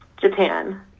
Japan